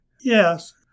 Yes